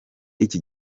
iki